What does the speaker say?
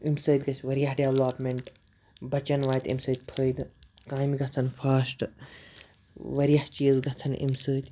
اَمہِ سۭتۍ گژھِ واریاہ ڈیولپمینٹ بَچین واتہِ اَمہِ سۭتۍ فٲیدٕ کامہِ گژھن فاسٹہٕ واریاہ چیٖز گژھن اَمہِ سۭتۍ